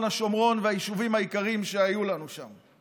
השומרון ואת היישובים היקרים שהיו לנו שם.